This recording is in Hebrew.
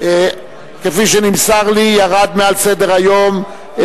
אני קובע שהצעתה של חברת הכנסת רגב,